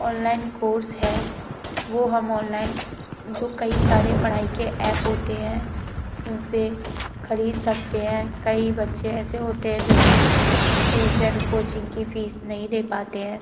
online course है वो हम ऑनलाइन जो कई सारे पढ़ाई के एप होते हैं उनसे खरीद सकते हैं कई बच्चे ऐसे होते हैं जो कि ट्यूशन कोचिंग की फीस नहीं दे पाते हैं